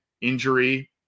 injury